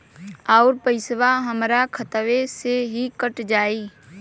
अउर पइसवा हमरा खतवे से ही कट जाई?